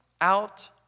out